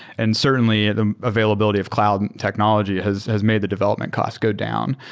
and certainly the availability of cloud technology has has made the development costs go down.